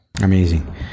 Amazing